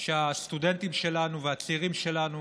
שהסטודנטים שלנו והצעירים שלנו